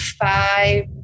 five